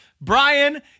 Brian